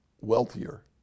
wealthier